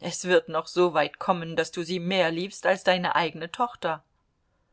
es wird noch so weit kommen daß du sie mehr liebst als deine eigene tochter